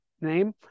name